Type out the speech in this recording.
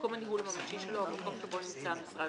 מקום הניהול הממשי שלה או המקום שבו נמצא המשרד